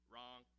Wrong